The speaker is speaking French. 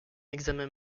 examen